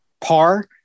par